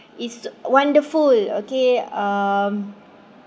is wonderful okay um